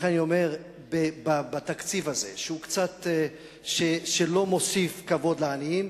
לכן אני אומר: בתקציב הזה, שלא מוסיף כבוד לעניים,